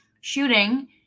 shooting